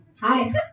Hi